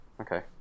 Okay